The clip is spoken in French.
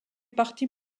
partis